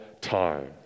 time